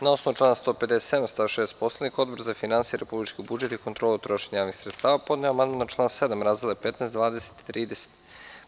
Na osnovu člana 157. stav 6. Poslovnika, Odbor za finansije, republički budžet i kontrolu trošenja javnih sredstava podneo je amandman na član 7, razdele 15, 20 i 30.